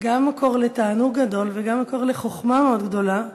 גם מקור לתענוג גדול וגם מקור לחוכמה מאוד גדולה.